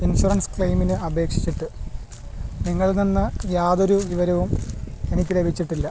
insurance ക്ലെയിമിന് അപേക്ഷിച്ചിട്ട് നിങ്ങളിൽ നിന്ന് യാതൊരു വിവരവും എനിക്ക് ലഭിച്ചിട്ടില്ല